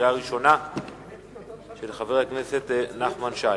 של חבר הכנסת שי